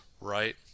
right